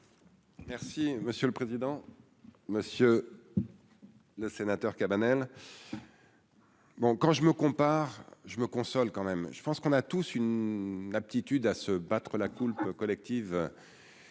Merci monsieur le président, monsieur. Le sénateur Cabanel. Bon, quand je me compare, je me console quand même je pense qu'on a tous une aptitude à se battre la coulpe collective